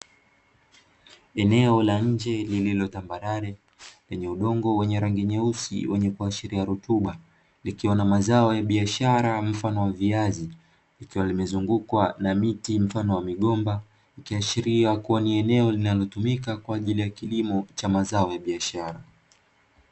Eneo la nje lililo tambarare, lenye udongo wenye rangi nyeusi wenye kuashiria rutuba, likiwa na mazao ya biashara mfano wa viazi, likiwa limezungukwa na miti mfano wa migomba, ikiashiria kuwa ni eneo linalotumika kwa ajili ya kilimo cha mazao ya biashara